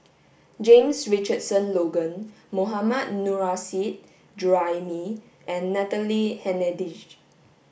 James Richardson Logan Mohammad Nurrasyid Juraimi and Natalie Hennedige